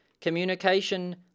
communication